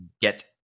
get